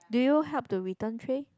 do you help to return tray